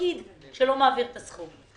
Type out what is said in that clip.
שלא מעביר את הסכום.